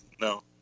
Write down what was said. no